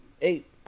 Eight